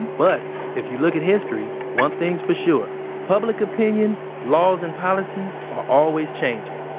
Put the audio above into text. but if you look at history, one thing's for sure public opinion, laws and policies, are always changing.